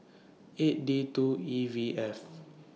eight D two E V F